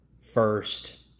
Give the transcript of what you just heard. first